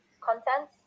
content